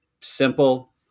simple